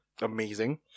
amazing